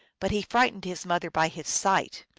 but he frightened his mother by his sight.